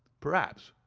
perhaps,